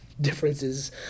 differences